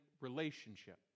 relationship